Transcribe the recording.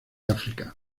áfrica